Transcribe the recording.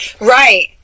Right